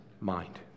mind